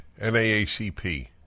NAACP